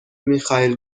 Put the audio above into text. میخائیل